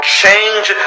change